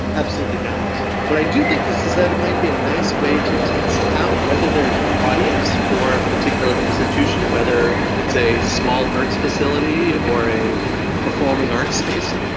absolutely not. what i do think is is that it might be a nice way to test out whether there is an audience for a particular institution, whether it's a small arts facility or a performing arts space.